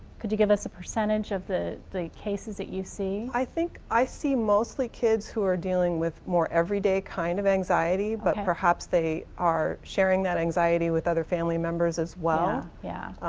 could you give us a percentage of the the cases that you see? i think i see mostly kids who are dealing with more everyday kind of anxiety, but perhaps they are sharing that anxiety with other family members as well. yeah,